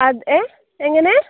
അത് ഏ എങ്ങനെ